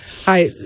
Hi